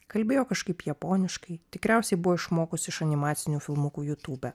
kalbėjo kažkaip japoniškai tikriausiai buvo išmokusi iš animacinių filmukų jutube